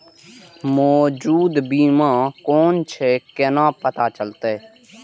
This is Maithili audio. मौजूद बीमा कोन छे केना पता चलते?